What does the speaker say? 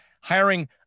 hiring